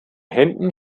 händen